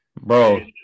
Bro